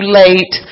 late